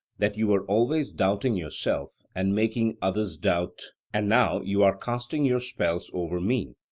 that you were always doubting yourself and making others doubt and now you are casting your spells over me,